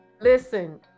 listen